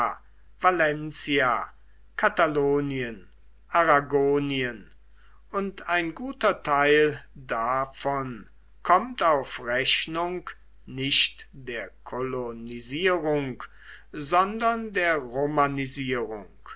katalonien arragonien und ein guter teil davon kommt auf rechnung nicht der kolonisierung sondern der